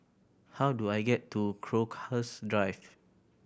how do I get to Crowhurst Drive